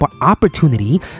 opportunity